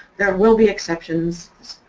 there will be exceptions,